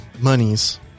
monies